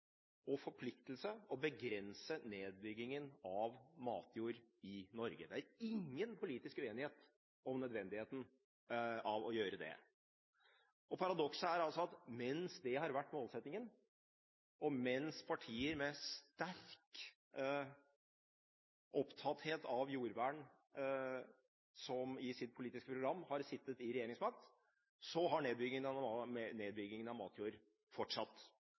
og forpliktelse å begrense nedbyggingen av matjord i Norge. Det er ingen politisk uenighet om nødvendigheten av å gjøre det. Derfor er det et stort paradoks, som det er veldig viktig å ta med seg i denne debatten, at mens det har vært målsettingen, og mens partier som har vært sterkt opptatt av jordvern i sitt politiske program, har sittet med regjeringsmakt, har nedbyggingen av matjord fortsatt